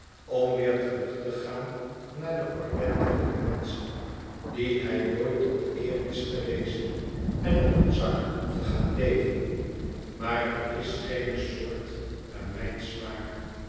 om weer terug te gaan naar de ordentelijke menschen die hij nooit tot eer is geweest en op hun zak te gaan leven maar het is geene soort naar mijn smaak